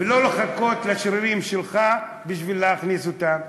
ולא לחכות לשרירים שלך בשביל להכניס אותם.